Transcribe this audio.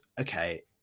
okay